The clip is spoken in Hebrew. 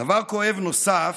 דבר כואב נוסף,